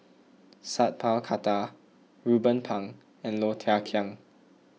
Sat Pal Khattar Ruben Pang and Low Thia Khiang